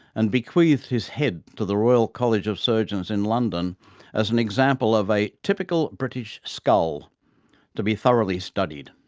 and bequeathed his head to the royal college of surgeons in london as an example of a typical british skull to be thoroughly studied.